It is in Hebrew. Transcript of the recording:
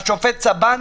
השופט צבן,